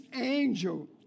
angel